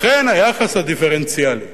לכן היחס הדיפרנציאלי